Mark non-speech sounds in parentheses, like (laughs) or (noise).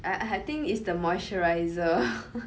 I I think is the moisturizer (laughs)